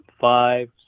five